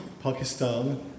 Pakistan